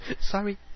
Sorry